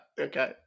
okay